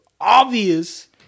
obvious